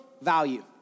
value